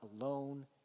alone